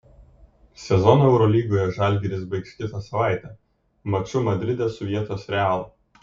sezoną eurolygoje žalgiris baigs kitą savaitę maču madride su vietos real